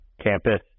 campus